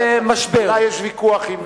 אולי יש ויכוח עם,